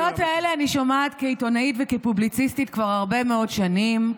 את העדויות האלה אני שומעת כעיתונאית וכפובליציסטית כבר הרבה מאוד שנים.